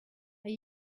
are